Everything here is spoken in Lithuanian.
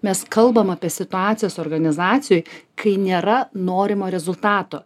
mes kalbam apie situacijas organizacijoj kai nėra norimo rezultato